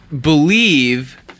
believe